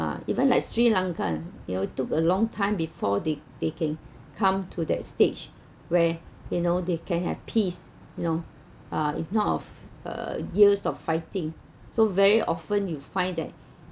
uh even like sri lanka you know took a long time before they they can come to that stage where you know they can have peace you know uh if not of uh years of fighting so very often you find that